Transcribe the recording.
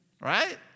right